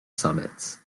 summits